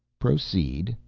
proceed,